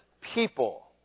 people